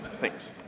Thanks